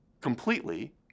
completely